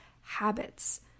habits